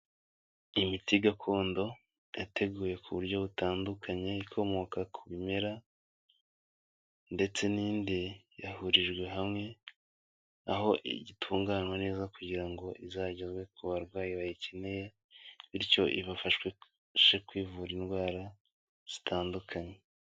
Imiti gakondo yateguye ku buryo butandukanye ikomoka ku bimera ndetse n'indi yahurijwe hamwe, aho itunganywa neza kugira ngo izagezwe ku barwayi bayikeneye, bityo ibafashe kwivura indwara zitandukanye.